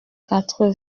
quatre